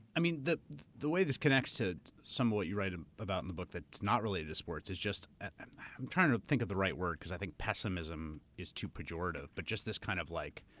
i mean the the way this connects to some of what you write ah about in the book that's not related to sports is just. i'm trying to think of the right word, because i think pessimism is too pejorative, but just this kind of like.